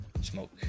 smoke